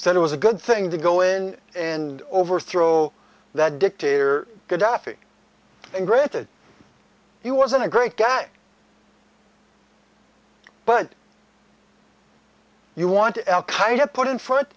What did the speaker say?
said it was a good thing to go in and overthrow that dictator gadhafi and granted he wasn't a great guy but you want to put in front